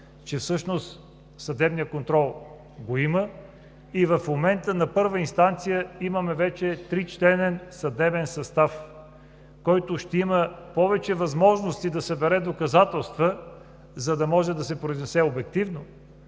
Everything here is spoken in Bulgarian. че всъщност съдебният контрол го има. И в момента на първа инстанция имаме вече тричленен съдебен състав, който ще има повече възможности да събере доказателства, за да може да се произнесе обективно